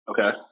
Okay